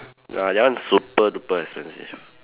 ya that one is super duper expensive